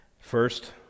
first